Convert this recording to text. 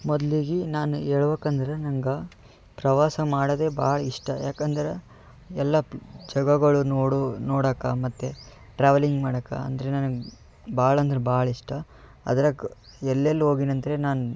ಮೊದ್ಲಿಗೆ ನಾನು ಹೇಳ್ಬೇಕಂದ್ರ ನಂಗೆ ಪ್ರವಾಸ ಮಾಡೋದೇ ಭಾಳ ಇಷ್ಟ ಯಾಕಂದ್ರೆ ಎಲ್ಲ ಜಾಗಗಳು ನೋಡು ನೋಡಕ್ಕ ಮತ್ತು ಟ್ರಾವೆಲಿಂಗ್ ಮಾಡಕ್ಕೆ ಅಂದರೆ ನನಗೆ ಭಾಳ ಅಂದ್ರೆ ಭಾಳ ಇಷ್ಟ ಅದ್ರಕ್ ಎಲ್ಲಿ ಎಲ್ಲಿ ಹೋಗಿನ್ ಅಂತ್ಹೇಳಿ ನಾನು